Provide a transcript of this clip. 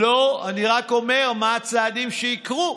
לא, אני רק אומר מה הצעדים שיקרו.